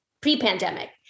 pre-pandemic